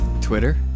Twitter